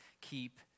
keep